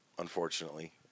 unfortunately